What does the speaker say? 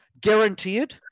guaranteed